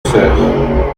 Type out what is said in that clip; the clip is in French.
sœurs